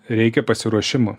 reikia pasiruošimo